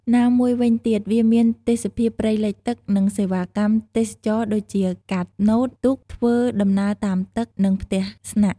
ណាមួយវិញទៀត វាមានទេសភាពព្រៃលិចទឹក និងសេវាកម្មទេសចរណ៍ដូចជា កាណូត ទូក ធ្វើដំណើរតាមទឹក និងផ្ទះស្នាក់។